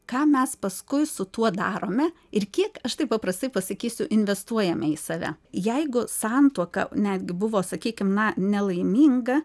ką mes paskui su tuo darome ir kiek aš taip paprastai pasakysiu investuojame į save jeigu santuoka netgi buvo sakykim na nelaiminga